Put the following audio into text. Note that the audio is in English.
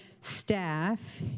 staff